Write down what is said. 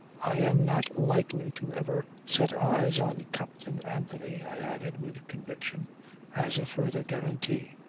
i am not likely to ever set eyes on captain anthony, i added with conviction as a further guarantee.